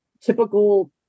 typical